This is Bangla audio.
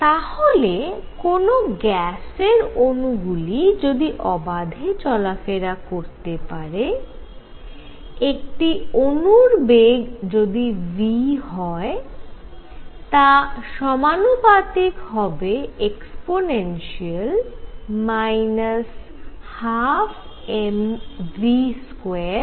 তাহলে কোন গ্যাসের অণু গুলি যদি অবাধে চলাফেরা করতে পারে একটি অণুর বেগ যদি v হয় তা সমানুপাতিক হবে e 12mv2kT এর সাথে